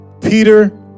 Peter